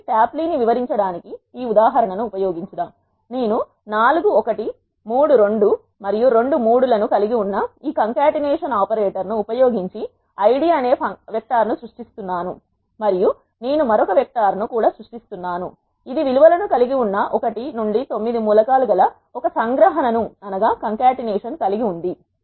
కాబట్టి ట్యాప్లీ ని వివరించడానికి ఈ ఉదాహరణ ను ఉపయోగించుకుందాం నేను నాలుగు 1 మూడు 2 మరియు రెండు 3 లను కలిగి ఉన్న ఈ కాంకాటనేషన్ ఆపరేటర్ ను ఉపయోగించి ఐడి అనే వెక్టర్ను సృష్టిస్తున్నాను మరియు నేను మరో వెక్టర్ను కూడా సృష్టిస్తున్నాను ఇది విలు వలను కలిగి ఉన్న1 నుండి 9 మూలకాలు గల ఒక సంగ్రహణను కలిగి ఉంది